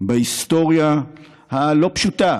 בהיסטוריה הלא-פשוטה